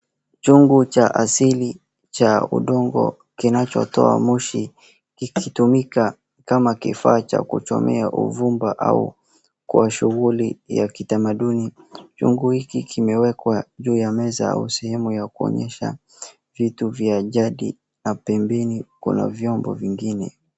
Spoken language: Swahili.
Chungu cha asili cha udongo kinachotoa moshi kikitumika kama kifaa cha kuchomea uvumba au kwa shughuli ya kitamaduni. Chungu hiki kimewekwa juu ya meza au sehemu ya kuonyesha vitu vya jadi na pembéni kuna vyombo vingine.